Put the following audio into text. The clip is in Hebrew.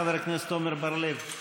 חבר הכנסת עמר בר-לב.